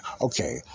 okay